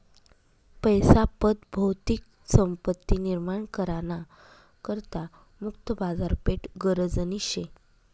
पैसा पत भौतिक संपत्ती निर्माण करा ना करता मुक्त बाजारपेठ गरजनी शे